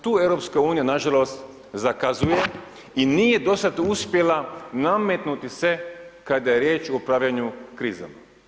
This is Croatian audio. Tu EU, nažalost, zakazuje i nije do sada uspjela nametnuti se kada je riječ o upravljanju krizom.